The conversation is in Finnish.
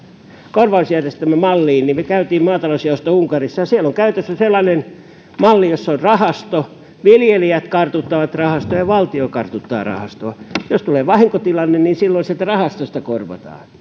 korvausjärjestelmämalliin niin me kävimme maatalousjaosto unkarissa siellä on käytössä sellainen malli jossa on rahasto viljelijät kartuttavat rahastoa ja ja valtio kartuttaa rahastoa jos tulee vahinkotilanne niin silloin sieltä rahastosta korvataan